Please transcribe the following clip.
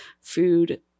food